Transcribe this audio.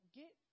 get